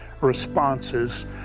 responses